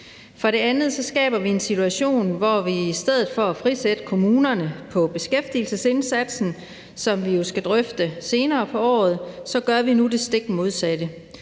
For det andet skaber vi en situation, hvor vi i stedet for at frisætte kommunerne i forhold til beskæftigelsesindsatsen, som vi jo skal drøfte senere på året, nu gør det stik modsatte.